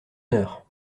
heure